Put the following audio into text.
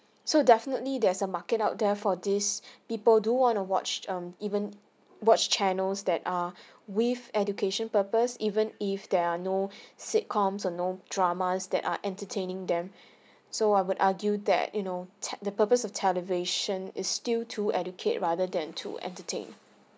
so definitely there is a market out there for this people do want to watch um even watch channels that err with education purpose even if there are no sitcoms are no dramas that are entertaining them so I would argue that you know tech the purpose of television is still to educate rather than to entertain